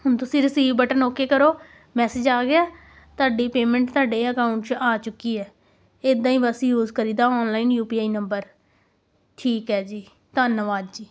ਹੁਣ ਤੁਸੀਂ receive button okay ਕਰੋ ਮੈਸੇਜ ਆ ਗਿਆ ਤੁਹਾਡੀ ਪੇਮੈਂਟ ਤੁਹਾਡੇ ਅਕਾਊਂਟ 'ਚ ਆ ਚੁੱਕੀ ਹੈ ਇੱਦਾਂ ਹੀ ਬਸ ਯੂਜ ਕਰੀਦਾ online U P I number ਠੀਕ ਹੈ ਜੀ ਧੰਨਵਾਦ ਜੀ